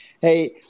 Hey